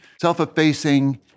self-effacing